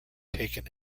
taken